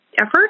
effort